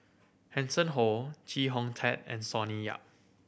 Hanson Ho Chee Hong Tat and Sonny Yap